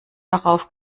darauf